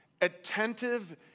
attentive